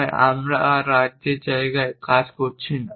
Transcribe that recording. তাই আমরা আর রাজ্যের জায়গায় কাজ করছি না